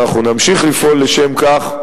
ואנחנו נמשיך לפעול לשם כך,